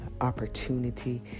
opportunity